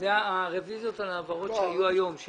אלה העברות שהיו היום.